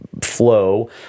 flow